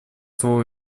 слово